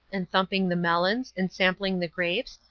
and thumping the melons, and sampling the grapes,